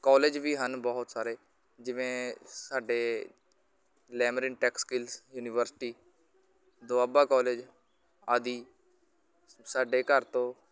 college ਵੀ ਹਨ ਬਹੁਤ ਸਾਰੇ ਜਿਵੇਂ ਸਾਡੇ Lamrin tech skills university Doaba college ਆਦਿ ਸਾਡੇ ਘਰ ਤੋਂ